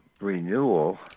renewal